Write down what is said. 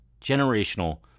Generational